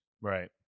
Right